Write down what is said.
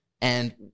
And-